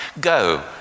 Go